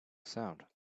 sound